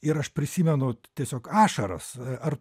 ir aš prisimenu tiesiog ašaras ar